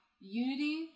unity